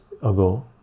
ago